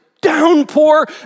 downpour